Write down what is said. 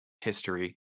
history